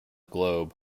globe